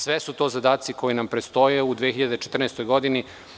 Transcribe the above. Sve su to zadaci koji nam predstoje u 2014. godini.